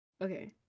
Okay